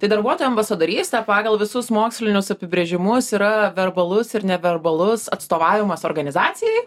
tai darbuotojų ambasadorystė pagal visus mokslinius apibrėžimus yra verbalus ir neverbalus atstovavimas organizacijai